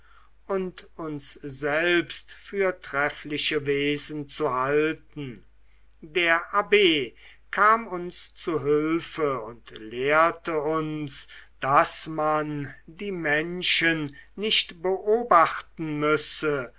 und uns selbst für treffliche wesen zu halten der abb kam uns zu hülfe und lehrte uns daß man die menschen nicht beobachten müsse